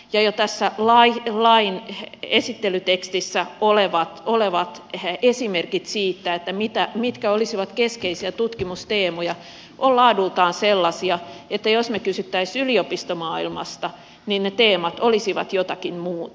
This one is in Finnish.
jo tässä lain esittelytekstissä olevat esimerkit siitä mitkä olisivat keskeisiä tutkimusteemoja ovat laadultaan sellaisia että jos me kysyisimme yliopistomaailmasta ne teemat olisivat jotakin muuta